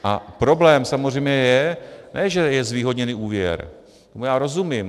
A problém samozřejmě je ne to, že je zvýhodněný úvěr, tomu já rozumím.